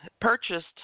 purchased